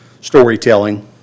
storytelling